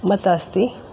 मतम् अस्ति